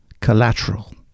Collateral